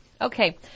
Okay